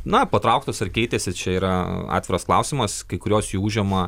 na patrauktos ar keitėsi čia yra atviras klausimas kai kurios jų užima